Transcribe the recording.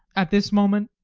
at this moment,